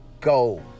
go